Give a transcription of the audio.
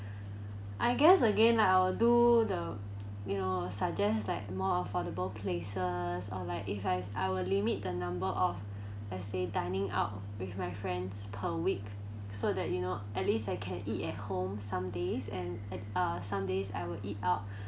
I guess again I'll do the you know suggest like more affordable places or like if I I will limit the number of let's say dining out with my friends per week so that you know at least I can eat at home some days and at uh some days I will eat out